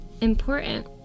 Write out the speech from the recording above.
important